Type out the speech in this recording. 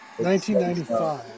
1995